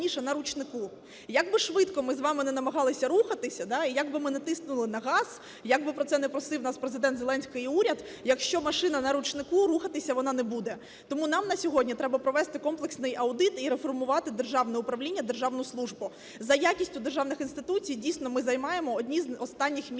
найголовніше, на ручнику. Як би швидко ми з вами не намагалася рухатися, да, і як би ми не тиснули на газ, і як би про це не просив нас Президент Зеленський і уряд, якщо машина на ручнику, рухатися вона не буде. Тому нам на сьогодні треба провести комплексний аудит і реформувати державне управління, державну службу. За якістю державних інституцій, дійсно, ми займаємо одне з останніх місць